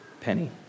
Penny